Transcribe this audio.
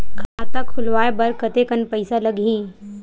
खाता खुलवाय बर कतेकन पईसा लगही?